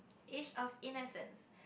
age of innocent